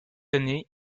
années